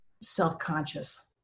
self-conscious